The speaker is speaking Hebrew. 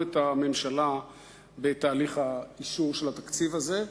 את הממשלה בתהליך האישור של התקציב הזה,